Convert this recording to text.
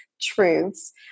truths